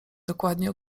dokładnie